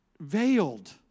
veiled